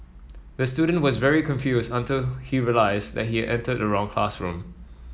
the student was very confused until he realised and he entered the wrong classroom